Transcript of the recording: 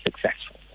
successful